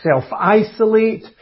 self-isolate